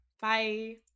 Bye